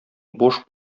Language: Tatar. буш